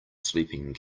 sleeping